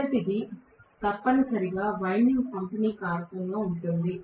మొదటిది తప్పనిసరిగా వైండింగ్ పంపిణీ కారణంగా ఉంది